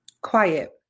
quiet